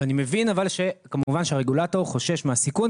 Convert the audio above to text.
אני מבין אבל שכמובן הרגולטור חושש מהסיכון,